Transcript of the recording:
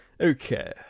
Okay